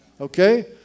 Okay